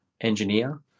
engineer